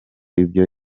ibyo